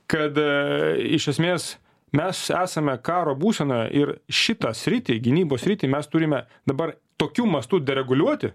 kad iš esmės mes esame karo būseną ir šitą sritį gynybos sritį mes turime dabar tokiu mastu reguliuoti